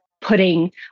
putting